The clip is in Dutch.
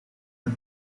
met